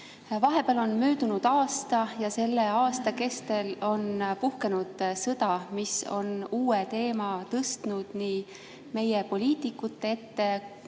Vahepeal on möödunud aasta ja selle aasta kestel on puhkenud sõda, mis on tõstnud uue teema meie poliitikute ette,